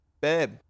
babe